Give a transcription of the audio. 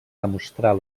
demostrar